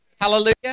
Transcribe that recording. Hallelujah